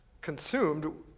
consumed